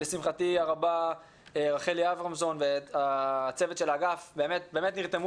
לשמחתי הרבה רחלי אברמזון והצוות של האגף באמת נרתמו